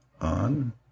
on